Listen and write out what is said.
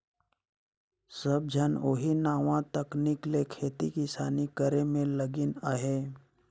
सब झन ओही नावा तकनीक ले खेती किसानी करे में लगिन अहें